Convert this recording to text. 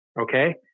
Okay